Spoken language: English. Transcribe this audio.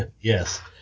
Yes